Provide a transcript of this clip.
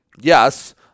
yes